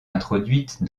introduites